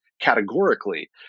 categorically